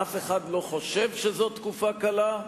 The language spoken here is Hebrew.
אף אחד לא חושב שזאת תקופה קלה.